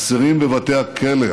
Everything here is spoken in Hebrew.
אסירים בבתי הכלא,